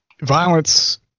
violence